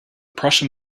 prussian